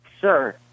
Sir